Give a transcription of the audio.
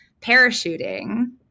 parachuting